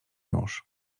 już